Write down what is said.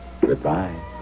Goodbye